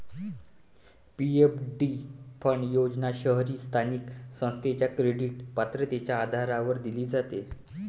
PFD fund योजना शहरी स्थानिक संस्थेच्या क्रेडिट पात्रतेच्या आधारावर दिली जाते